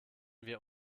wir